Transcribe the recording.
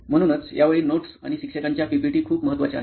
म्हणूनच यावेळी नोट्स आणि शिक्षकांच्या पीपीटी खूप महत्त्वाच्या आहेत